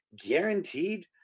guaranteed